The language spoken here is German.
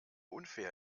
unfair